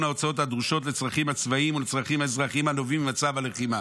ההוצאות הדרושות לצרכים הצבאיים ולצרכים אזרחים הנובעים ממצב הלחימה.